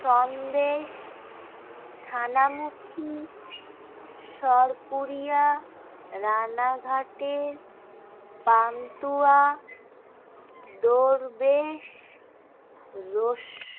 সন্দেশ ছানামুখী সরপুরিয়া রানাঘাটের পান্তুয়া দরবেশ রস